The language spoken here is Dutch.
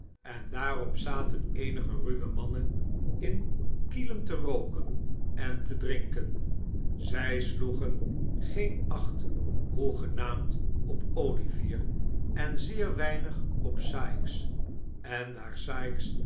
en daarop zaten eenige ruwe mannen in kielen te rooken en te drinken zij sloegen geen acht hoegenaamd op olivier en zeer weinig op sikes en daar